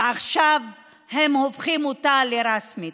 ועכשיו הם הופכים אותה לרשמית.